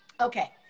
Okay